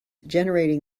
generating